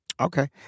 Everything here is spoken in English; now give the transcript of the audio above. Okay